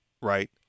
right